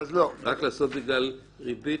רק בגלל ריבית,